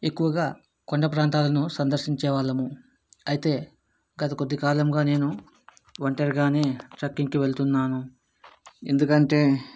ఎక్కువగా కొండ ప్రాంతాలను సందర్శించే వాళ్ళము అయితే గత కొద్ది కాలముగా నేను ఒంటరిగానే ట్రక్కింగ్కి వెళ్తున్నాను ఎందుకంటే